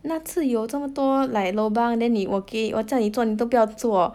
那次有这么多 like lobang then okay 我叫你做你都不要做